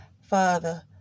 father